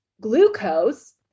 glucose